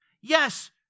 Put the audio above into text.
Yes